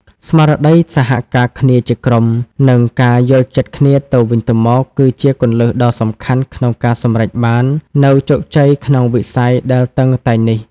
ស្មារតីសហការគ្នាជាក្រុម និងការយល់ចិត្តគ្នាទៅវិញទៅមក គឺជាគន្លឹះដ៏សំខាន់ក្នុងការសម្រេចបាននូវជោគជ័យក្នុងវិស័យដែលតឹងតែងនេះ។